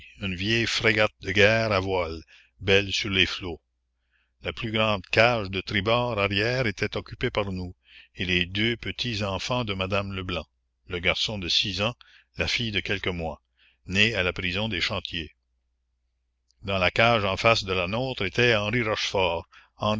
une vieille frégate de guerre à voiles belle sur les flots la plus grande cage de tribord arrière était occupée par nous et les deux petits enfants de madame leblanc le garçon de six ans la fille de quelques mois née à la prison des chantiers la commune dans la cage en face de la nôtre étaient henri rochefort